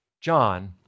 John